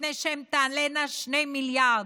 מפני שהן תעלינה 2 מיליארד.